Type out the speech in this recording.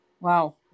Wow